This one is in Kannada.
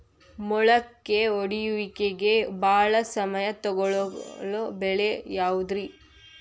ಮೊಳಕೆ ಒಡೆಯುವಿಕೆಗೆ ಭಾಳ ಸಮಯ ತೊಗೊಳ್ಳೋ ಬೆಳೆ ಯಾವುದ್ರೇ?